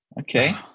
Okay